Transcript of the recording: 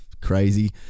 crazy